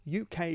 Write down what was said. UK